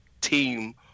team